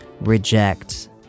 reject